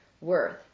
worth